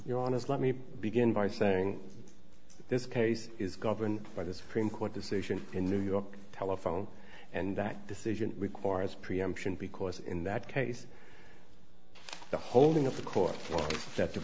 you're on has let me begin by saying this case is governed by the supreme court decision in new york telephone and that decision requires preemption because in that case the holding of the court that the